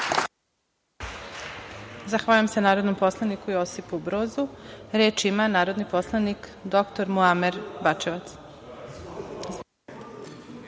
Zahvaljujem se narodnom poslaniku, Josipu Brozu. Reč ima narodni poslanik, dr Muamer Bačevac.